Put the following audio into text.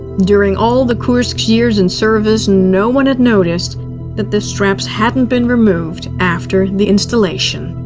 during all the kursk's years in service, no one had noticed that the straps hadn't been removed after the installation.